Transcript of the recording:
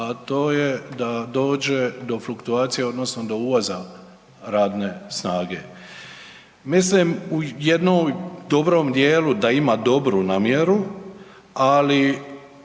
a to je da dođe do fluktuacije odnosno do uvoza radne snage. Mislim u jednom dobrom djelu da ima dobru namjeru ali